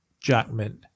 Jackman